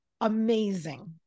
Amazing